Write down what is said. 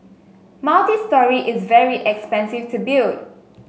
multistory is very expensive to build